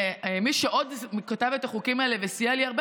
מי שעוד כתב את החוקים האלה וסייע לי הרבה